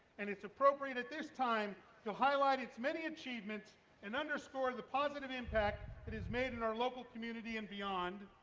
and it's appropriate at this time to highlight its many achievements and underscore the positive impact it has made in our local community and beyond,